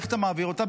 איך אתה מעביר אותו?